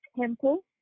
temple